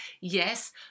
Yes